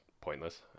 pointless